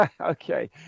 Okay